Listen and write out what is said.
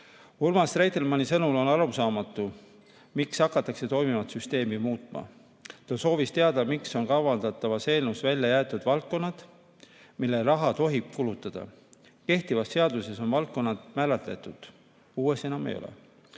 Urmas Reitelmanni sõnul on arusaamatu, miks hakatakse toimivat süsteemi muutma. Ta soovis teada, miks on kavandatavast eelnõust välja jäetud valdkonnad, millele tohib raha kulutada. Kehtivas seaduses on valdkonnad määratletud, uues enam ei ole.